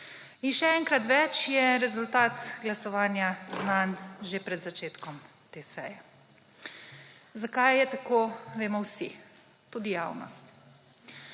In še enkrat več je rezultat glasovanja znan že pred začetkom te seje. Zakaj je tako, vemo vsi, tudi javnost.